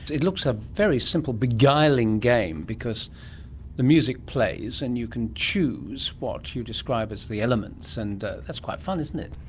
it looks a very simple, beguiling game because the music plays and you can choose what you describe as the elements, and that's quite fun, isn't it.